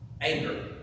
Anger